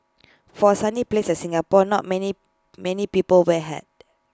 for A sunny place like Singapore not many many people wear A hat